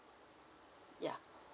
ya